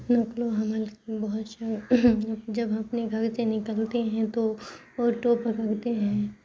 نقل و حمل بہت جب اپنے گھر سے نکلتے ہیں تو آٹو پکڑتے ہیں